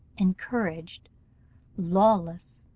encouraged lawless,